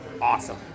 awesome